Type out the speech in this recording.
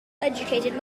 educated